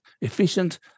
efficient